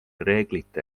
reeglite